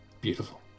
Beautiful